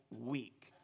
week